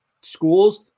schools